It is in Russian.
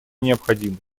необходимой